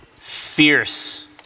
fierce